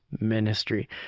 ministry